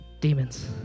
Demons